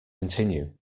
continue